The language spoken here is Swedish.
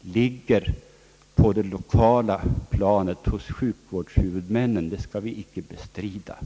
ligger på det lokala planet, hos sjukvårdshuvudmännen, det skall vi inte bestrida.